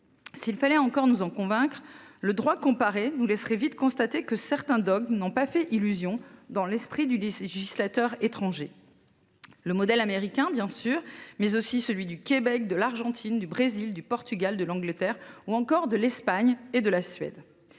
S’il fallait encore nous en convaincre, le droit comparé suffirait en un rien de temps à montrer que certains dogmes n’ont pas fait illusion dans l’esprit du législateur étranger : je pense au modèle américain bien sûr, mais aussi à ceux du Québec, de l’Argentine, du Brésil, du Portugal, de l’Angleterre, ou encore de l’Espagne et de la Suède.